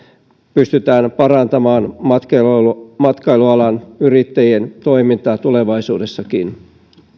pystytään parantamaan matkailualan yrittäjien toimintaa tulevaisuudessakin